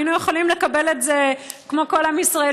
היינו יכולים לקבל את זה כמו כל עם ישראל